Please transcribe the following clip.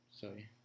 Sorry